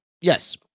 Yes